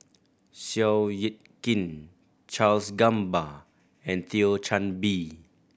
Seow Yit Kin Charles Gamba and Thio Chan Bee